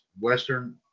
Western